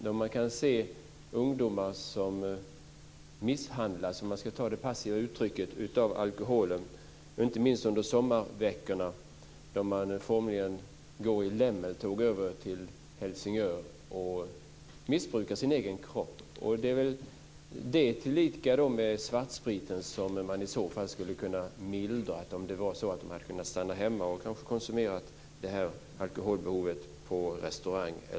Där kan man se ungdomar som - om jag ska uttrycka mig passivt - misshandlas av alkohol, inte minst under sommarveckorna då de formligen färdas i lemmeltåg över till Helsingör och missbrukar sina egna kroppar. Detta tillsammans med svartspriten gör att det hade varit bättre om ungdomarna hade stannat hemma och konsumerat alkohol på restaurang.